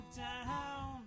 down